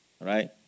right